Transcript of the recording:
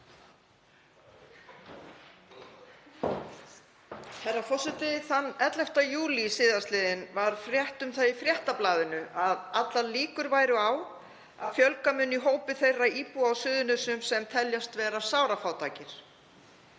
Herra forseti. Þann 11. júlí sl. var frétt um það í Fréttablaðinu að allar líkur væru á að fjölga myndi í hópi þeirra íbúa á Suðurnesjum sem teljast vera sárafátækir.